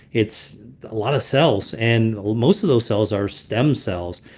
it's a lot of cells, and most of those cells are stem cells.